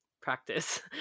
practice